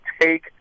Take